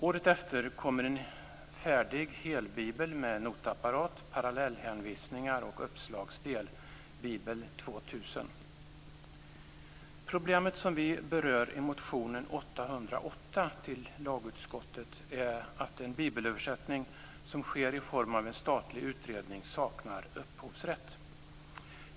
Året efter kommer en färdig helbibel med notapparat, parallellhänvisningar och uppslagsdel - Bibel 2000. Det problem vi berör i motion L808 till lagutskottet är att den bibelöversättning som sker i form av en statlig utredning saknar upphovsrätt.